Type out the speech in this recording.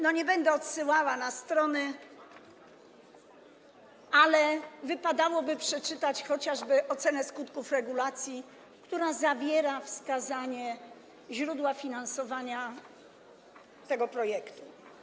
Nie będę odsyłała do stron, ale wypadałoby przeczytać chociażby ocenę skutków regulacji, która zawiera wskazanie źródła finansowania tego projektu.